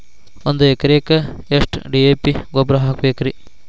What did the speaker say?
ಒಂದು ಎಕರೆಕ್ಕ ಎಷ್ಟ ಡಿ.ಎ.ಪಿ ಗೊಬ್ಬರ ಹಾಕಬೇಕ್ರಿ?